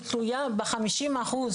היא תלויה בחמישים אחוז.